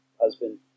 Husband